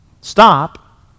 stop